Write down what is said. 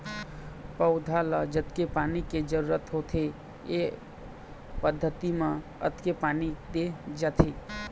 पउधा ल जतके पानी के जरूरत होथे ए पद्यति म ओतके पानी दे जाथे